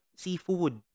seafood